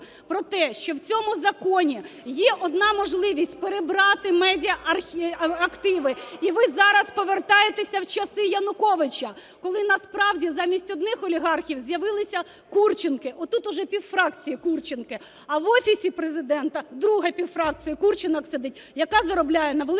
про те, що в цьому законі є одна можливість перебрати медіаактиви. І ви зараз повертаєтеся в часи Януковича, коли насправді замість одних олігархів з'явилися Курченки. Отут уже пів фракції Курченки, а в Офісі Президента друга півфракція Курченок сидить, яка заробляє на "великому